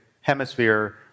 hemisphere